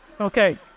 Okay